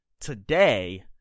today